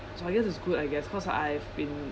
so I guess is good I guess cause I've been